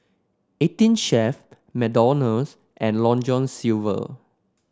Eighteen Chef McDonald's and Long John Silver